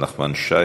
חבר הכנסת נחמן שי,